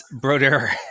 Broder